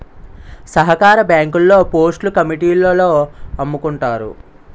సహకార బ్యాంకుల్లో పోస్టులు కమిటీలోల్లమ్ముకున్నారు